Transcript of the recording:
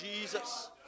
jesus